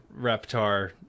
Reptar